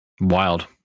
Wild